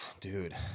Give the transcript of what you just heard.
Dude